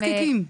מעקב זקיקים.